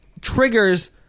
triggers